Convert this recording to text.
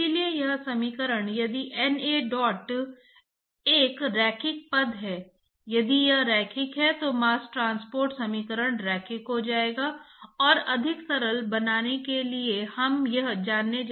अब आप विपरीत प्रक्रिया कर सकते हैं जहां ठोस चरण में एकाग्रता अधिक है और उदाहरण में तरल चरण कम है जिसे हमने माना है